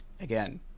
Again